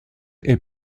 est